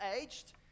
aged